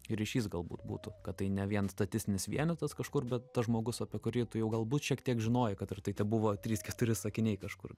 ryšys galbūt būtų kad tai ne vien statistinis vienetas kažkur bet tas žmogus apie kurį tu jau galbūt šiek tiek žinojai kad ir tai tebuvo trys keturi sakiniai kažkur